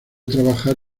trabajar